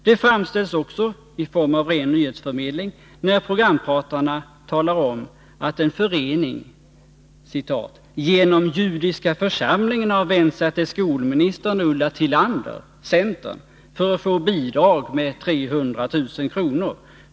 Det framställs också som ren nyhetsförmedling när programpratarna talar om att en förening ”genom judiska församlingen vänt sig till skolministern Ulla Tillander, centern, för att få bidrag med 300 000 kr.